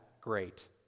great